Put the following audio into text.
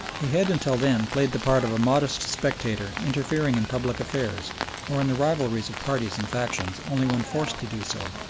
he had until then played the part of a modest spectator interfering in public affairs or in the rivalries of parties and factions only when forced to do so,